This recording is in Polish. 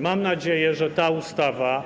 Mam nadzieję, że ta ustawa,